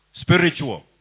spiritual